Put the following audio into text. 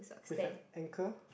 with have anchor